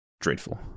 dreadful